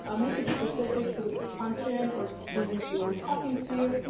um make it specific to the function or teams you're talking to,